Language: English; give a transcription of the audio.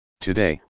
Today